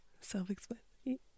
self-explanatory